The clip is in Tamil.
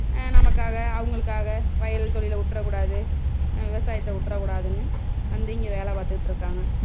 நமக்காக அவங்களுக்காக வயல் தொழிலை விட்றக்கூடாது விவசாயத்தை விட்றக்கூடாதுன்னு வந்து இங்கே வேலை பார்த்துகிட்ருக்காங்க